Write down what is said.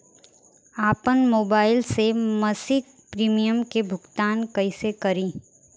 आपन मोबाइल से मसिक प्रिमियम के भुगतान कइसे करि?